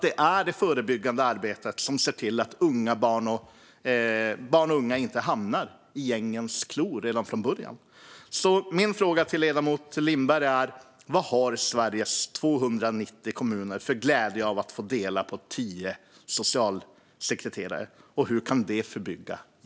Det är det förebyggande arbetet som ser till att barn och unga inte hamnar i gängens klor redan från början. Min fråga till ledamoten Lindberg är vad Sveriges 290 kommuner har för glädje av att få dela på tio socialsekreterare. Hur kan det förebygga gängkriminaliteten?